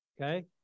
Okay